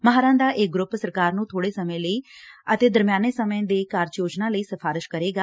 ਮਾਹਿਰਾਂ ਦਾ ਇਹ ਗਰੁੱਪ ਸਰਕਾਰ ਨੂੰ ਥੋੜੇ ਸਮੇਂ ਇਕ ਸਾਲ ਅਤੇ ਦਰਮਿਆਨੇ ਸਮੇਂ ਦੇ ਐਕਸ਼ਨ ਪਲਾਨ ਲਈ ਸਿਫਾਰਿਸ਼ ਕਰੇਗਾ